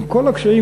עם כל הקשיים,